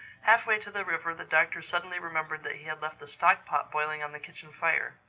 halfway to the river, the doctor suddenly remembered that he had left the stock-pot boiling on the kitchen-fire.